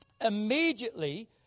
Immediately